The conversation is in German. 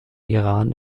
iran